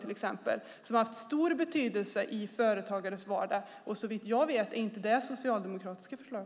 Det har haft stor betydelse i företagares vardag. Såvitt jag vet är inte det socialdemokratiska förslag.